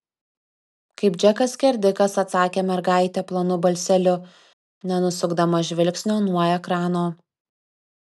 kaip džekas skerdikas atsakė mergaitė plonu balseliu nenusukdama žvilgsnio nuo ekrano